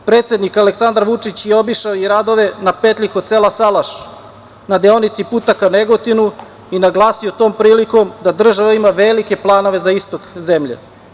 Predsednik Aleksandar Vučić je obišao i radove na petlji kod sela Salaš, na deonici puta ka Negotinu i naglasio tom prilikom da država ima velike planove za istok zemlje.